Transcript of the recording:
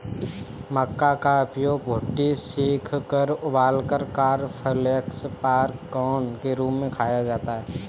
मक्का का उपयोग भुट्टे सेंककर उबालकर कॉर्नफलेक्स पॉपकार्न के रूप में खाया जाता है